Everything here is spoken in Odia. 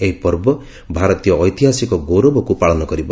ଏହି ପର୍ବ ଭାରତୀୟ ଐତିହାସିକ ଗୌରବକୁ ପାଳନ କରିବ